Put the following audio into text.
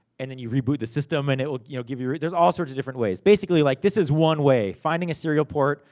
and then you reboot the system, and it will you know give you. there's all sorts of different ways. basically, like this is one way. finding a serial port,